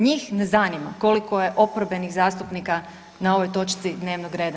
Njih ne zanima koliko je oporbenih zastupnika na ovoj točci dnevnoga reda.